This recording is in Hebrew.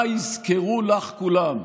מה יזכרו לך כולם?